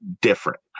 different